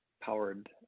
powered